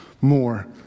more